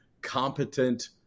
competent